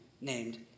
named